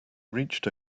reached